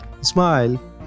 smile